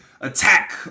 attack